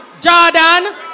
Jordan